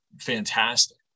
fantastic